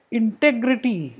integrity